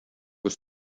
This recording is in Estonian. kus